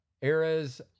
eras